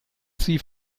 sie